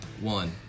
one